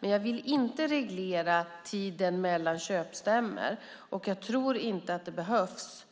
Men jag vill inte reglera tiden mellan köpstämmor och jag tror inte att det behövs